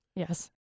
Yes